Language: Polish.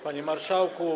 Panie Marszałku!